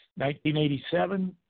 1987